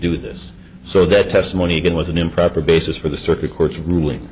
do this so that testimony can was an improper basis for the circuit court's ruling